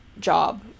job